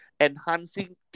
Enhancing